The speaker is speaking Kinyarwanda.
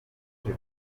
wayo